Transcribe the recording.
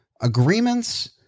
agreements